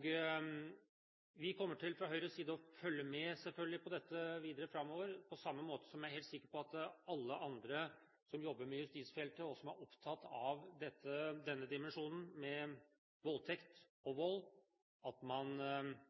blir gjort. Fra Høyres side kommer vi selvfølgelig til å følge med på dette framover – på samme måte som jeg er helt sikker på at alle andre som jobber med justisfeltet, og som er opptatt av dimensjonen voldtekt og vold, forventer gode resultater i forlengelsen av dette. Først vil jeg takke Oktay Dahl og